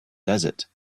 desert